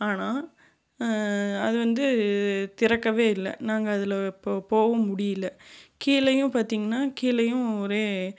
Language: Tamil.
ஆனால் அது வந்து திறக்கவே இல்லை நாங்கள் அதில் போ போகவும் முடியல கீழேயும் பார்த்திங்கன்னா கீழேயும் ஒரே